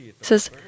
says